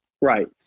Right